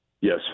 Yes